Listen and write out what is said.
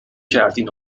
کردین